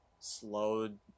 slowed